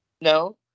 No